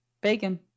Bacon